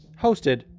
hosted